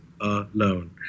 alone